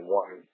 one